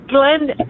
Glenn